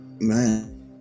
man